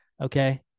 Okay